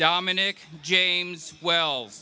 dominic james well